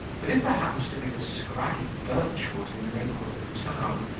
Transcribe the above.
but if there happens to be a scraggy birchwood in the neighbourhood of the town,